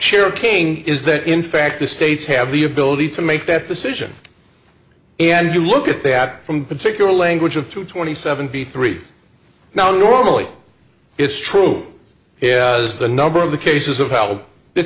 chair king is that in fact the states have the ability to make that decision and you look at that from particular language of two twenty seven b three now normally it's true yeah the number of the cases of h